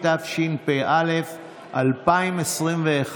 התשפ"א 2021,